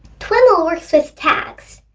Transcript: twiml works with tags.